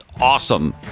awesome